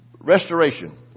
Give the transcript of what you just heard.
Restoration